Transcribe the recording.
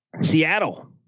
Seattle